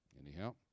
Anyhow